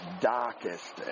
darkest